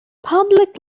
public